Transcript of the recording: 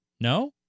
No